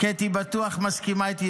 קטי בטוח מסכימה איתי.